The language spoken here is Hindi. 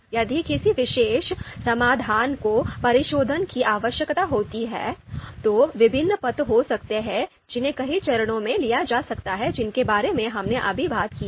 यदि किसी विशेष समाधान को परिशोधन की आवश्यकता होती है तो विभिन्न पथ हो सकते हैं जिन्हें कई चरणों में लिया जा सकता है जिनके बारे में हमने अभी बात की है